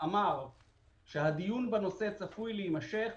נאמר שהדיון בנושא צפוי להימשך,